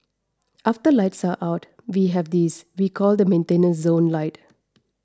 after lights are out we have this we call the maintenance zone light